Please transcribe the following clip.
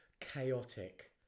chaotic